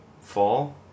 fall